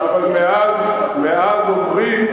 מאז אומרים,